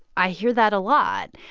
i hear that a lot.